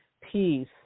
peace